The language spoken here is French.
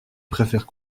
préfères